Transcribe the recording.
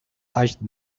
touched